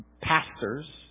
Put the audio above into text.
Pastors